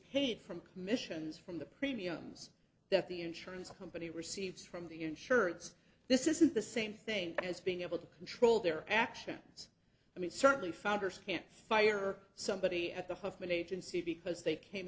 paid from commissions from the premiums that the insurance company receives from the insurance this isn't the same thing as being able to control their actions i mean certainly founders can't fire somebody at the huffman agency because they came